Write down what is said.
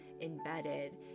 embedded